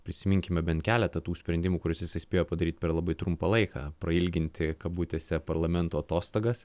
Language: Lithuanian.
prisiminkime bent keletą tų sprendimų kuriuos jisai spėjo padaryt per labai trumpą laiką prailginti kabutėse parlamento atostogas